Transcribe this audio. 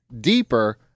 deeper